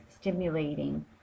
stimulating